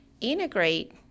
integrate